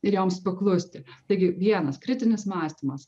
ir joms paklusti taigi vienas kritinis mąstymas